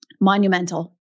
Monumental